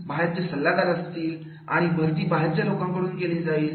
बाहेरचे सल्लागार असतील आणि भरती बाहेरच्या लोकांकडून केली जाईल